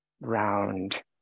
round